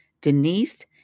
Denise